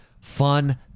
fun